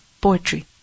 poetry